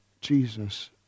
Jesus